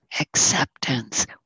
acceptance